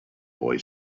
boy